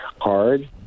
hard